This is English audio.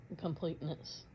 completeness